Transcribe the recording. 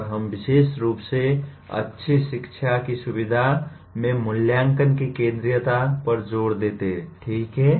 और हम विशेष रूप से अच्छी शिक्षा की सुविधा में मूल्यांकन की केंद्रीयता पर जोर देते हैं ठीक है